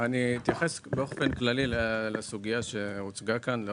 אני אתייחס באופן כללי לסוגייה שהוצגה כאן.